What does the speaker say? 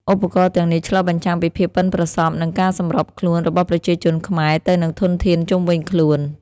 ឧបករណ៍ទាំងនេះឆ្លុះបញ្ចាំងពីភាពប៉ិនប្រសប់និងការសម្របខ្លួនរបស់ប្រជាជនខ្មែរទៅនឹងធនធានជុំវិញខ្លួន។